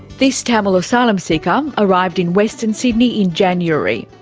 this tamil asylum seeker arrived in western sydney in january.